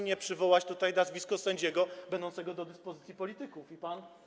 nie przywołać tutaj nazwiska sędziego będącego do dyspozycji polityków i pan.